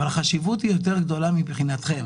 אבל החשיבות היא גדולה יותר מבחינתכם.